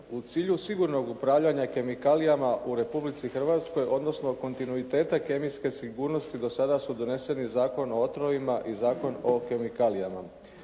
U cilju sigurnog upravljanja kemikalijama u Republici Hrvatskoj, odnosno kontinuiteta kemijske sigurnosti do sada su doneseni Zakon o otrovima i Zakon o kemikalijama.